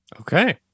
Okay